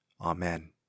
Amen